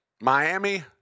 Miami